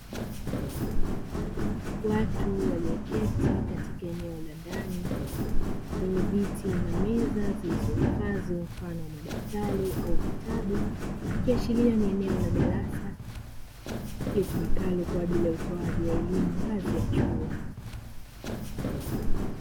Watu walioketi katika eneo la ndani lenye viti na meza zilizohifadhi mfano wa madaftari au vitabu, ikiashiria ni eneo la darasa litumikalo kwaajili ya utoaji wa elimu ngazi ya chuo.